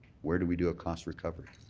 where do we do a cost recovery?